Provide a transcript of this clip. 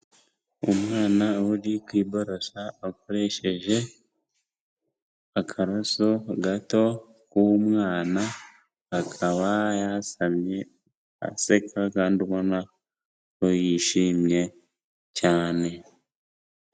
Umwana uri kwiborosa akoresheje akaroso gato w'umwana, akaba yasamye, aseka kandi ubona ko yishimye cyane.